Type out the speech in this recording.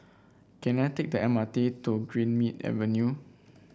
can I take the M R T to Greenmead Avenue